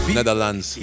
Netherlands